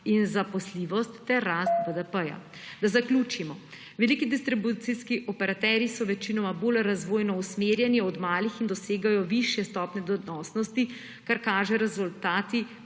in zaposljivosti ter rast BDP. Da zaključim. Veliki distribucijski operaterji so večinoma bolj razvojno usmerjeni od malih in dosegajo višje stopnje donosnosti, kar kažejo rezultati